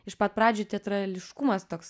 iš pat pradžių teatrališkumas toks